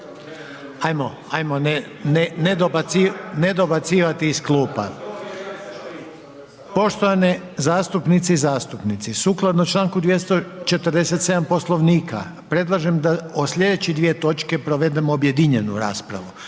**Reiner, Željko (HDZ)** Poštovane zastupnice i zastupnici sukladno članku 247. poslovnika, predlažem da o sljedeće dvije točke provedemo objedinjenu raspravu.